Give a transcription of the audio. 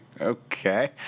okay